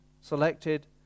selected